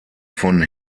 von